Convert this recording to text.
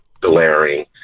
glaring